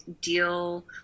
deal